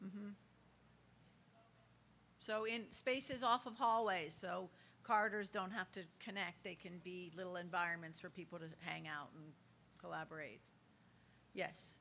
scar so in spaces off of hallways so carders don't have to connect they can be little environments for people to hang out and collaborate yes